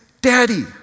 Daddy